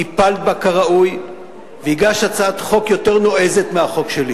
טיפלת בה כראוי והגשת הצעת חוק יותר נועזת מהחוק שלי,